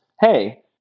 Hey